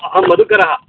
अहं मधुकरः